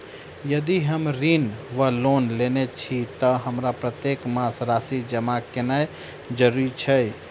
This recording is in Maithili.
यदि हम ऋण वा लोन लेने छी तऽ हमरा प्रत्येक मास राशि जमा केनैय जरूरी छै?